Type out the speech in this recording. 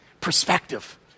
Perspective